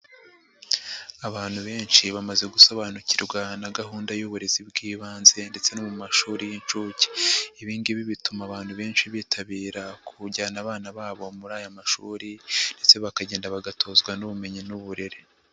Abantu benshi bamaze gusobanukirwa na gahunda y'uburezi bw'ibanze ndetse no mu mashuri y'incuke. Ibi ngibi bituma abantu benshi bitabira kujyana abana babo muri aya mashuri ndetse bakagenda bagatozwa n'ubumenyi n'uburere.